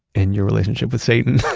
and your relationship with satan.